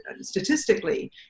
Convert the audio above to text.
statistically